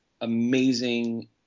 amazing